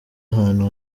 ahantu